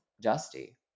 dusty